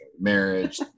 marriage